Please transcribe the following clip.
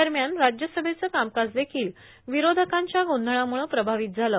दरम्यान राज्यसभेचं कामकाज देखील विरोधकांच्या गोंधळामुळं प्रभावित झालं